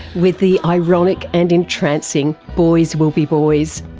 with the ironic and entrancing boys will be boys.